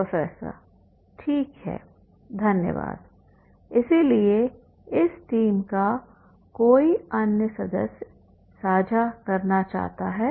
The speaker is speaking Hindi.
प्रोफेसर ठीक है धन्यवाद इसलिए इस टीम का कोई अन्य सदस्य साझा करना चाहता है